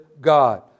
God